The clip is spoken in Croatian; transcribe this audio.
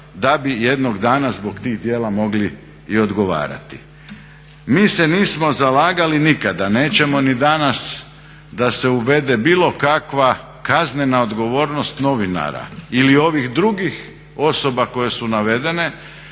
da bi jednog dana zbog tih djela mogli i odgovarati. Mi se nismo zalagali, nikada nećemo, ni danas da se uvede bilo kakva kaznena odgovornost novinara ili ovih drugih osoba koje su navedene